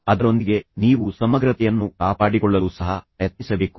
ಅದರೊಂದಿಗೆ ನೀವು ಸಮಗ್ರತೆಯನ್ನು ಕಾಪಾಡಿಕೊಳ್ಳಲು ಸಹ ಪ್ರಯತ್ನಿಸಬೇಕು